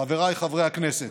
חבריי חברי הכנסת,